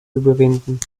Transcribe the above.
überwinden